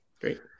Great